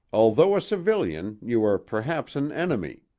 although a civilian, you are perhaps an enemy.